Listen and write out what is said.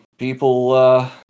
people